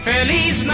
Feliz